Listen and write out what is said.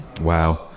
wow